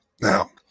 Now